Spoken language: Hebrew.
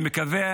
אני מקווה